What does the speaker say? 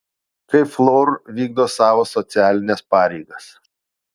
kaip fluor vykdo savo socialines pareigas